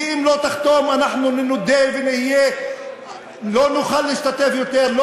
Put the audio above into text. כי אם לא תחתום אנחנו ננודה ולא נוכל להשתתף יותר לא